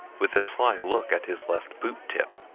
with a sly look at his left boot tip.